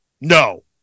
no